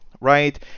right